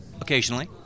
Occasionally